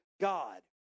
God